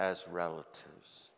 as relatives